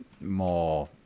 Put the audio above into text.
more